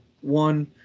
one